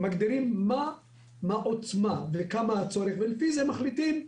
מגדירים את העוצמה וכמה הצורך ולפי זה מחליטים.